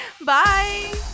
Bye